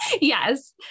Yes